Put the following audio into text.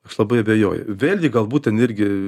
aš labai abejoju vėlgi galbūt ten irgi